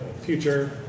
future